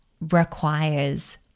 requires